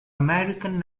american